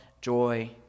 joy